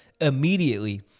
immediately